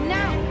now